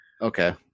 Okay